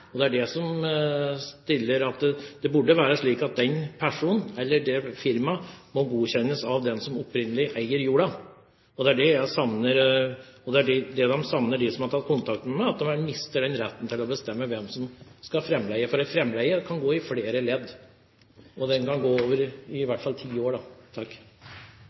personen eller det firmaet må godkjennes av den som opprinnelig eier jorda. Det er det jeg savner. De som har tatt kontakt med meg, savner at de mister retten til å bestemme hvem som skal framleie, for en framleie kan gå i flere ledd, og den kan i hvert fall gå over ti år.